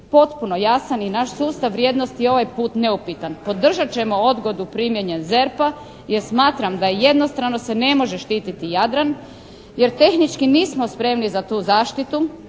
potpuno jasan i naš sustav vrijednosti je ovaj put neupitan. Podržat ćemo odgodu primjene ZERP-a jer smatram da jednostrano se ne može štiti Jadran. Jer tehnički nismo spremni za tu zaštitu,